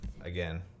Again